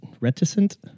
reticent